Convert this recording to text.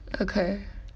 okay